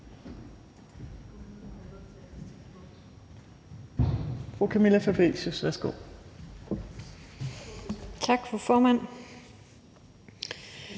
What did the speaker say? Tak, hr. formand.